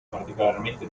particolarmente